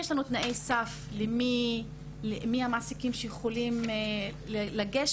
יש לנו תנאי סף מי המעסיקים שיכולים לגשת,